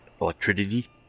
Electricity